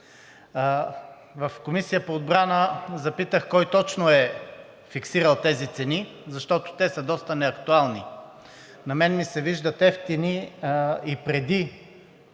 В Комисията по отбрана запитах кой точно е фиксирал тези цени, защото те са доста неактуални. На мен ми се виждат евтини и преди